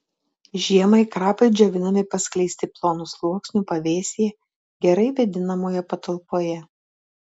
žiemai krapai džiovinami paskleisti plonu sluoksniu pavėsyje gerai vėdinamoje patalpoje